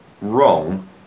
wrong